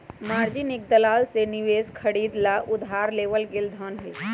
margin एक दलाल से निवेश खरीदे ला उधार लेवल गैल धन हई